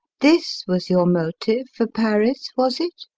this was your motive for paris, was it?